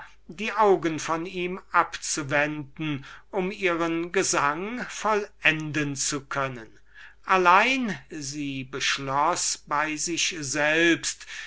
die augen von ihm abzuwenden um ihren gesang vollenden zu können allein sie beschloß bei sich selbst